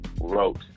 wrote